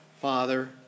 Father